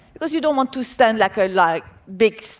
because you don't want to stand like a like big, so